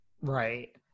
Right